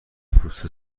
پوست